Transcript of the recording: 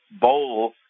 bowl